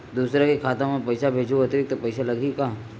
दूसरा के खाता म पईसा भेजहूँ अतिरिक्त पईसा लगही का?